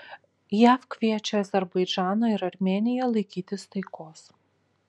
jav kviečia azerbaidžaną ir armėniją laikytis taikos